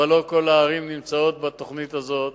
אבל לא כל הערים נמצאות בתוכנית הזאת.